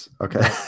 Okay